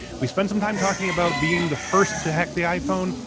we spend some time talking about being the first to hack the iphone,